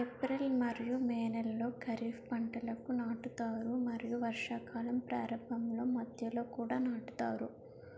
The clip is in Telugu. ఏప్రిల్ మరియు మే నెలలో ఖరీఫ్ పంటలను నాటుతారు మరియు వర్షాకాలం ప్రారంభంలో మధ్యలో కూడా నాటుతారు